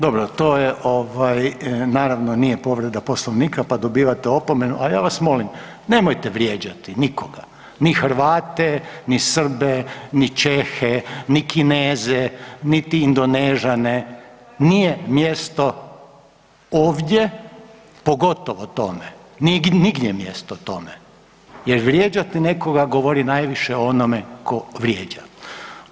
Dobro to je ovaj, naravno nije povreda Poslovnika pa dobivate opomenu, a ja vas molim nemojte vrijeđati nikoga, ni Hrvate, ni Srbe, ni Čehe, ni Kineze, niti Indonežane, nije mjesto ovdje pogotovo to ne, nije nigdje mjesto tome, jer vrijeđati nekoga govori najviše o onome tko vrijeđa.